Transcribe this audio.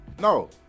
No